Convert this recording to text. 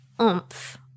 oomph